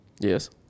Yes